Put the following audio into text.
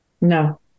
No